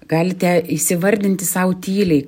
galite įsivardinti sau tyliai